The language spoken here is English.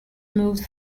moved